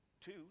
two